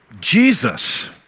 Jesus